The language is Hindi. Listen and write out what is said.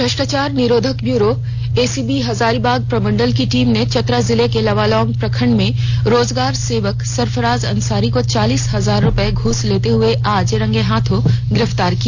भ्रष्टाचार निरोधक ब्यूरो एसीबी हजारीबाग प्रमंडल की टीम ने चतरा जिला के लावालौंग प्रखंड के रोजगार सेवक सरफराज अंसारी को चालीस हजार रुपये घूस लेते हुए आज रंगे हाथ गिरफ्तार किया